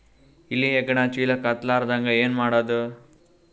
ಇಲಿ ಹೆಗ್ಗಣ ಚೀಲಕ್ಕ ಹತ್ತ ಲಾರದಂಗ ಏನ ಮಾಡದ?